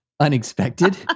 Unexpected